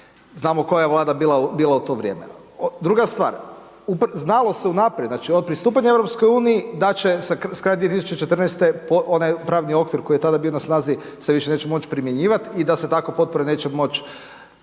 Znamo koja je Vlada bila u to vrijeme. Druga stvar, znalo se unaprijed, znači od pristupanja EU da će se s krajem 2014. onaj pravni okvir koji je tada bio na snazi se više neće moći primjenjivati i da se takve potpore neće moći